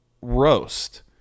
roast